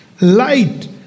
Light